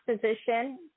position